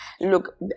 Look